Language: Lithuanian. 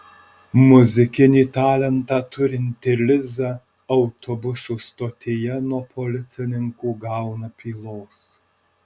muzikinį talentą turinti liza autobusų stotyje nuo policininkų gauna pylos